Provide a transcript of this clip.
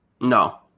No